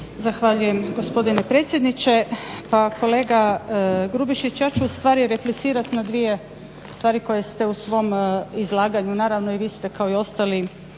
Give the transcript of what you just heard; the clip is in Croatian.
Zahvaljujem, gospodine predsjedniče. Pa kolega Grubišić, ja ću ustvari replicirat na dvije stvari koje ste u svom izlaganju. Naravno i vi ste kao i ostali